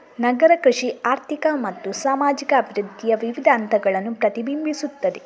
ನಗರ ಕೃಷಿ ಆರ್ಥಿಕ ಮತ್ತು ಸಾಮಾಜಿಕ ಅಭಿವೃದ್ಧಿಯ ವಿವಿಧ ಹಂತಗಳನ್ನು ಪ್ರತಿಬಿಂಬಿಸುತ್ತದೆ